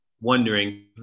wondering